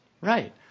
Right